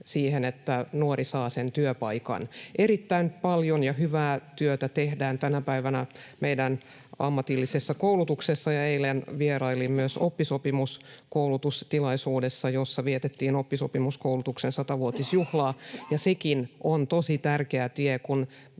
siihen, että nuori saa sen työpaikan. Erittäin paljon ja hyvää työtä tehdään tänä päivänä meidän ammatillisessa koulutuksessa. Eilen vierailin myös oppisopimuskoulutustilaisuudessa, jossa vietettiin oppisopimuskoulutuksen satavuotisjuhlaa. Sekin on tosi tärkeä tie, kun